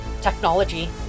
Technology